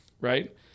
right